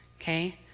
okay